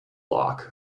loc